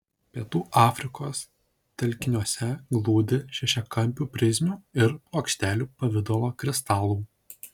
pietų afrikos telkiniuose glūdi šešiakampių prizmių ir plokštelių pavidalo kristalų